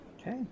Okay